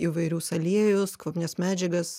įvairius aliejus kvapnias medžiagas